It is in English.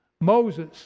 Moses